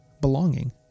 belonging